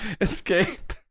escape